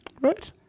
Right